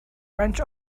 wrench